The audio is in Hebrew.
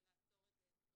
ולעצור את זה.